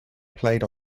played